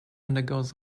undergoes